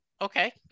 Okay